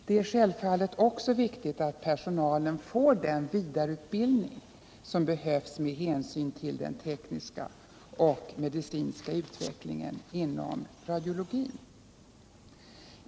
Det är självfallet också viktigt att personalen får den vidareutbildning som behövs med hänsyn till den tekniska och medicinska utvecklingen inom radiologin.